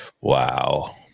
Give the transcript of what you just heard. wow